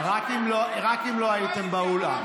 רק אם לא הייתם באולם.